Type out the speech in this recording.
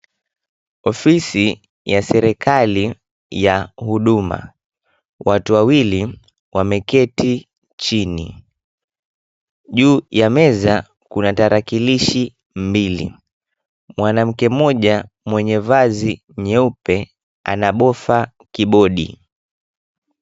Ofisi ya serikali ya Huduma. Watu wawili wameketi chini. Juu ya meza kuna tarakilishi mbili. Mwanamke mmoja mwenye vazi nyeupe anabofa kibodi.